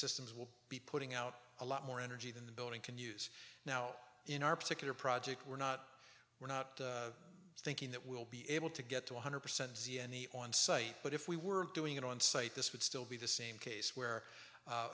systems will be putting out a lot more energy than the building can use now in our particular project we're not we're not thinking that we'll be able to get to one hundred percent in the on site but if we were doing it on site this would still be the same case where